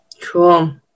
Cool